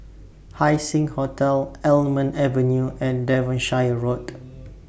Haising Hotel Almond Avenue and Devonshire Road